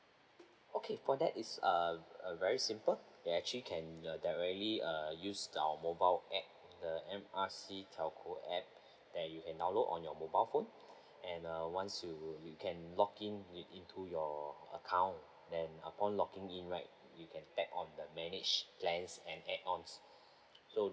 okay for that is uh err very simple you actually can uh directly uh use our mobile app the M R C telco app that you can download on your mobile phone and uh once you you can log in into your account then upon logging in right you can tap on the manage plans and add-ons